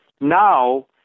Now